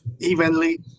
evenly